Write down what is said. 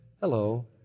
hello